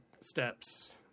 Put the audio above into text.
steps